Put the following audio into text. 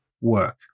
work